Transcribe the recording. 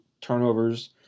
turnovers